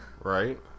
right